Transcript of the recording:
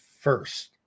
first